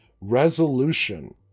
Resolution